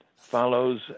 follows